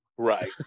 right